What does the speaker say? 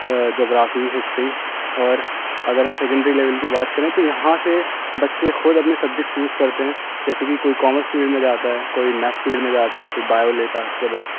geography history اور اگر ہم سیکنڈری لیول کی بات کریں تو یہاں سے بچے خود اپنے سبجیکٹ چوز کرتے ہیں جیسے کہ کوئی کامرس فیلڈ میں جاتا ہے کوئی میتھس فیلڈ میں جاتا ہے کوئی بائیو لیتا ہے اس کے بعد